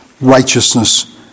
righteousness